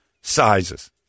sizes